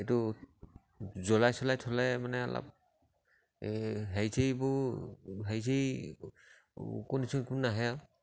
এইটো জ্বলাই চলাই থ'লে মানে অলপ এই হেৰি চেৰিবোৰ হেৰি চেৰি ওকণি চুকণি নাহে আৰু